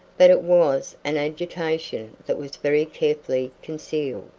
but it was an agitation that was very carefully concealed.